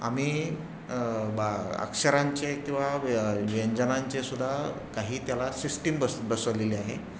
आम्ही बा अक्षरांचे किंवा व्य व्यंजनांचे सुद्धा काही त्याला सिस्टीम बस बसवलेली आहे